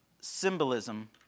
symbolism